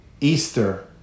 Easter